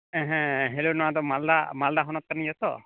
ᱦᱮᱸ ᱦᱮᱞᱳ ᱱᱚᱣᱟ ᱫᱚ ᱢᱟᱞᱫᱟ ᱢᱟᱞᱫᱟ ᱦᱚᱱᱚᱛ ᱠᱟᱱ ᱜᱮᱭᱟ ᱛᱚ